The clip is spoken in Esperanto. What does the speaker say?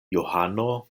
johano